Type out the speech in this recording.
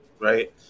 right